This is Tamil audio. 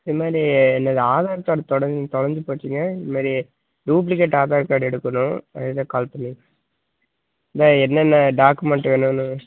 இதுமாதிரி என்னோட ஆதார் கார்டு தொல தொலைஞ்சிப் போச்சுங்க இதுமாதிரி டூப்ளிகேட் ஆதார் கார்டு எடுக்கணும் அதுக்குதான் கால் பண்ணிணேன் அதுதான் என்னென்ன டாக்குமெண்ட்டு வேணும்ன்னு